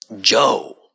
Joe